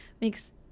makes